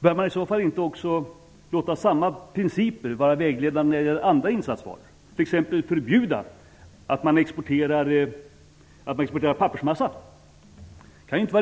Bör man i så fall inte också låta samma principer vara vägledande när det gäller andra insatsvaror och t.ex. förbjuda export av pappersmassa? Det kan inte vara riktigt att exportera pappersmassa.